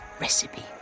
Recipe